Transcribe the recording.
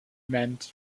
meant